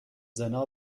زنا